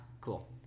Cool